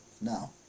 now